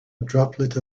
droplet